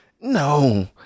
No